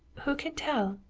who can tell?